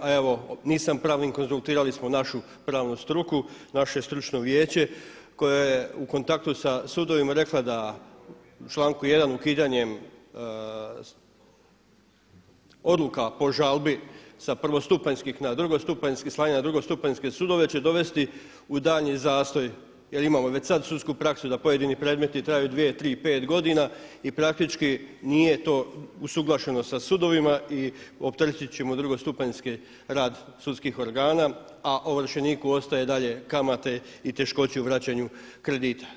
A evo nisam pravnik, konzultirali smo našu pravnu struku, naše stručno vijeće koje je u kontaktu sa sudovima rekla u članku 1. ukidanjem odluka po žalbi sa prvostupanjskih na drugostupanjski slanje na drugostupanjske sudove će dovesti u daljnji zastoj jer imamo već sada sudsku praksu da pojedini predmeti traju dvije, tri, pet godina i praktički nije to usuglašeno sa sudovima i opteretit ćemo drugostupanjski rad sudskih organa, a ovršeniku i dalje ostaju kamate i teškoće u vraćanju kredita.